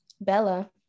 Bella